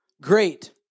great